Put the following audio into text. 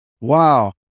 Wow